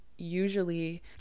usually